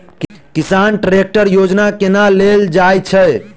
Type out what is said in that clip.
किसान ट्रैकटर योजना केना लेल जाय छै?